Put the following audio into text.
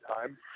time